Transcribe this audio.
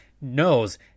knows